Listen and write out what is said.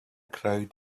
crowd